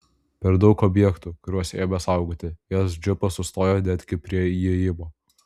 per daug objektų kuriuos ėmė saugoti vienas džipas sustojo netgi prie įėjimo